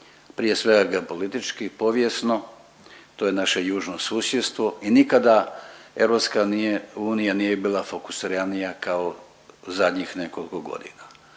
Prije svega geopolitički, povijesno, to je naše južno susjedstvo i nikada Europska nije unija nije bila fokusiranija kao zadnjih nekoliko godina,